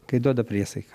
kai duoda priesaiką